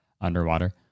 underwater